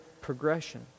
progression